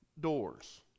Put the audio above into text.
doors